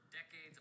decades